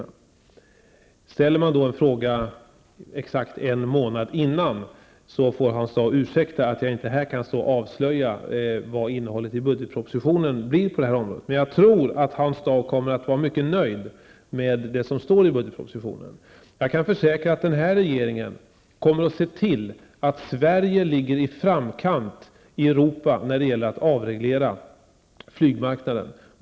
Om Hans Dau ställer en fråga exakt en månad före denna tidpunkt får han ursäkta att jag här inte kan stå och avslöja innehållet i budgetpropositionen på detta område. Men jag tror att Hans Dau kommer att bli mycket nöjd med det som står i budgetpropositionen. Jag kan försäkra att den här regeringen kommer att se till att Sverige ligger i framkant i Europa när det gäller att avreglera flygmarknaden.